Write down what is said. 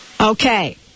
Okay